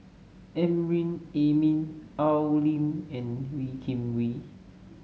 Amrin Amin Al Lim and Wee Kim Wee